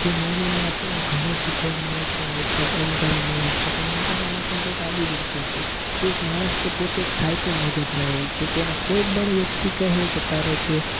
જે મૂવીમાં આપણને ઘણું શીખવા મળે છે આ ઉપરાંત ઓમકારા મૂવી છેતો ઓમકારામાં પણ કંઈક આવીજ રીતે છે કે એક માણસ કે પોતે એક સાઇકો મગજનો હોય છે કે એને કોઈપણ વ્યક્તિ કહે કે તારે કે